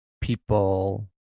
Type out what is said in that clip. people